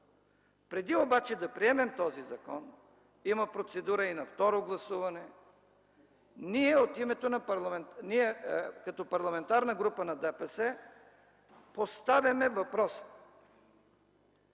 Преди обаче да приемем този закон – има процедура и на второ гласуване, ние като парламентарна група на ДПС поставяме въпроса: